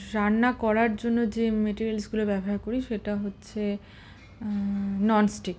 রান্না করার জন্য যে মেটেরিয়ালসগুলো ব্যবহার করি সেটা হচ্ছে ননস্টিক